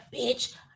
bitch